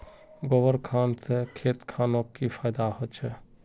गोबर खान से खेत खानोक की फायदा होछै?